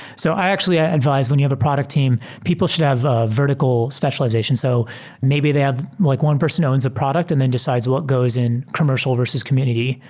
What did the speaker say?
so i actually ah advise when you have a product team, people should have ah vertical specialization. so maybe they have like one person owns a product and then decides what goes in commercial versus community,